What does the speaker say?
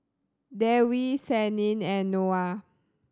Dewi Senin and Noah